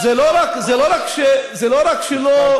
זה לא רק שלא,